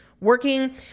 working